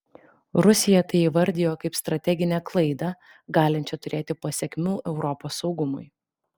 rusija tai įvardijo kaip strateginę klaidą galinčią turėti pasekmių europos saugumui